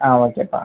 ஆ ஓகேப்பா